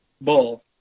bull